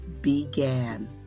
began